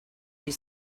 you